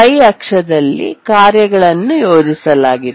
Y ಅಕ್ಷದಲ್ಲಿ ಕಾರ್ಯಗಳನ್ನು ಯೋಜಿಸಲಾಗಿದೆ